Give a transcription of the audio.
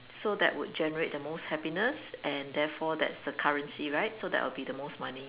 so that would generate the most happiness and therefore that's the currency right so that will be most money